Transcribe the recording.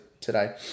today